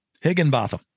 Higginbotham